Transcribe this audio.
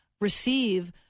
receive